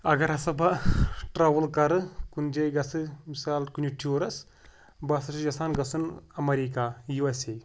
اگر ہَسا بہٕ ٹرٛیوٕل کَرٕ کُنہِ جایہِ گژھِ مِثال کُنہِ ٹوٗرَس بہٕ ہَسا چھُس یَژھان گژھُن اَمریٖکہ یوٗ ایس اے